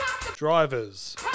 Drivers